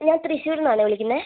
ഞാൻ തൃശ്ശൂരിൽ നിന്നാണേ വിളിക്കുന്നത്